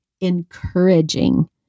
encouraging